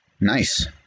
Nice